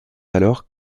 alors